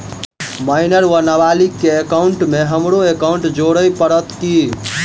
Minor वा नबालिग केँ एकाउंटमे हमरो एकाउन्ट जोड़य पड़त की?